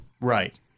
Right